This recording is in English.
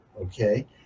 Okay